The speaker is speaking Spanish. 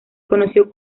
conoció